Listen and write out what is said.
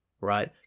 right